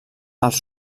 els